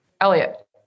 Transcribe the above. Elliot